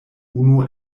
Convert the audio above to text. unu